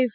F